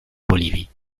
bolivie